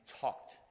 talked